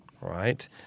Right